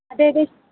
అంటే ఇది